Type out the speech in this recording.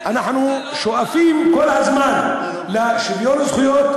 אנחנו שואפים כל הזמן לשוויון זכויות.